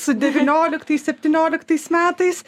su devynioliktais septynioliktais metais